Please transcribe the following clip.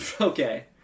Okay